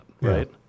right